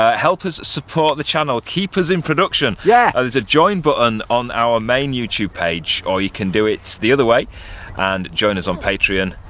ah help us support the channel, keep us in production. yeah there's a join button on our main youtube page, or you can do it the other way and join us on patreon.